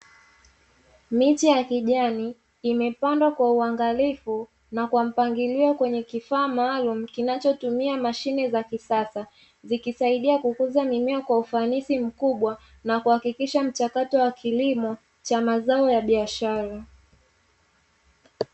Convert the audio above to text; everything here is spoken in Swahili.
Miche ya kijani imepandwa kwa uangalifu na kwa mpangilio kwenye kifaa maalumu kinachotumia mashine za kisasa, zikisaidia kukuza mimea kwa ufanisi mkubwa na kuhakikisha mchakato wa kilimo cha mazao ya biashara.